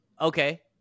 okay